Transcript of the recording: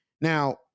Now